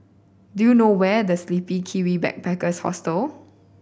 do you know where is The Sleepy Kiwi Backpackers Hostel